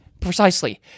Precisely